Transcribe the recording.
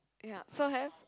ya so have